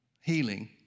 healing